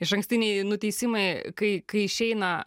išankstiniai nuteisimai kai kai išeina